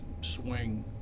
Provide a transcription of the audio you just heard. swing